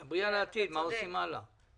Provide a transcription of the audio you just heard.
תדברי על העתיד, מה עושים הלאה.